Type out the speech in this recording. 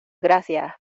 gracias